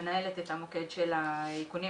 מנהלת את המוקד של האיכונים,